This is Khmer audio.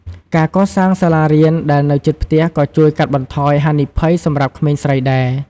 ការកសាងសាលារៀនដែលនៅជិតផ្ទះក៏ជួយកាត់បន្ថយហានិភ័យសម្រាប់ក្មេងស្រីដែរ។